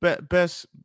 best